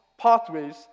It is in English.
pathways